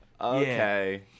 okay